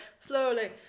slowly